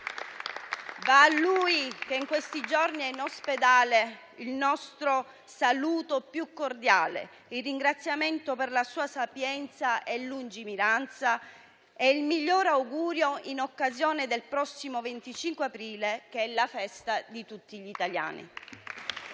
A lui, che in questi giorni è in ospedale, va il nostro saluto più cordiale, il ringraziamento per la sua sapienza e lungimiranza e il miglior augurio in occasione del prossimo 25 aprile, che è la festa di tutti gli italiani.